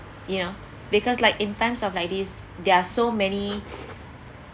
you know because like in times of like this there are so many